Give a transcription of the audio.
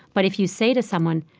but if you say to someone,